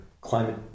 climate